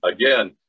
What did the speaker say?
again